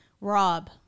rob